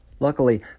Luckily